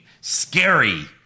scary